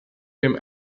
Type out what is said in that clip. dem